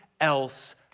else